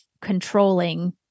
controlling